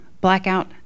blackout